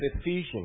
Ephesians